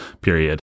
period